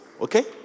Okay